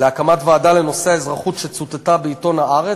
להקמת ועדה לנושא האזרחות, שצוטטה בעיתון "הארץ",